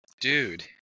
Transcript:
Dude